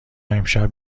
امشب